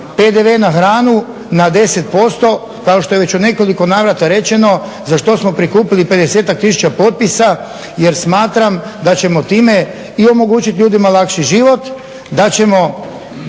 PDV na hranu na 10% kao što je već u nekoliko navrata rečeno, za što smo prikupili 50ak tisuća potpisa jer smatram da ćemo time i omogućiti ljudima lakši život, da ćemo